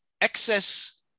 excess